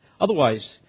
Otherwise